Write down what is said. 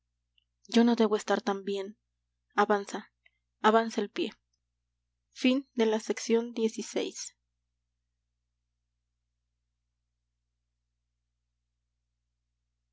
yo no debo estar tan bien avanza avanza el pié